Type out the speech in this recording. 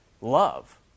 love